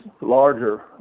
larger